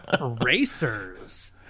Racers